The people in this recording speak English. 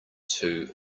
two